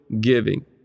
giving